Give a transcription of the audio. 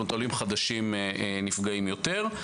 עולים חדשים נפגעים יותר.